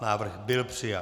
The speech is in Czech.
Návrh byl přijat.